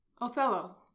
Othello